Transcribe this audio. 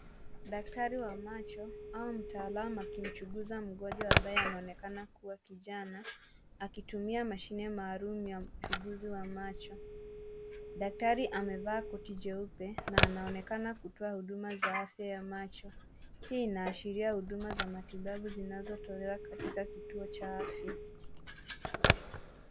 Daktari wa macho, au mtaalamu akimchunguza mgonjwa ambaye anaonekana kuwa kijana, akitumia mashine maalum ya uchunguzi wa macho . Daktari amevaa koti jeupe, na anaonekana kutoa huduma za afya ya macho. Hii inaashiria huduma za matibabu zinazotolewa katika kituo cha afya.